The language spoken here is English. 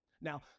Now